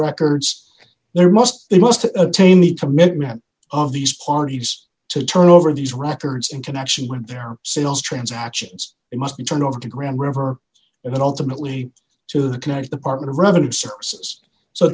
records there must they must attain the commitment of these parties to turn over these records in connection with their sales transactions they must be turned over to gram river and ultimately to connect the partner rather services so